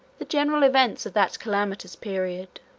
the general events of that calamitous period.